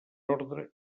ordre